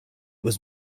was